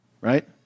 Right